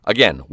Again